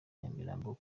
nyamirambo